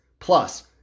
Plus